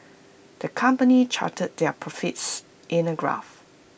the company charted their profits in A graph